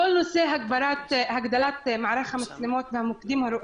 כל נושא הגדלת כוח האדם המאויש לתחנות בנקודות המשטרה הקיימות.